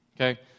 okay